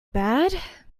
bad